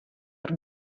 der